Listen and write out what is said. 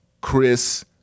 Chris